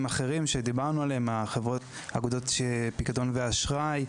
אחרים עליהם דיברנו כמו לדוגמה אגודות פיקדון ואשראי,